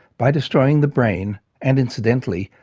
by destroying the brain and, incidentally,